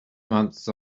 months